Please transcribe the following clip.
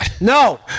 No